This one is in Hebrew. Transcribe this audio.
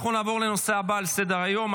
אנחנו נעבור לנושא הבא על סדר-היום,